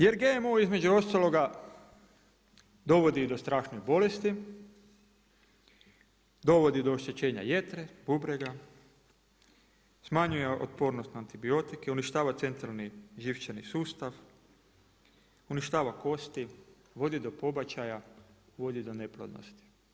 Jer GMO između ostaloga dovodi i do strašnih bolesti, dovodi do oštećenja jetra, bubrega, smanjuje otpornost na antibiotike, uništava centralni živčani sustav, uništava kosti, vodi do pobačaja, vodi do neplodnosti.